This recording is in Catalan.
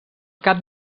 cap